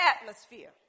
atmosphere